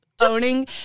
Owning